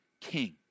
king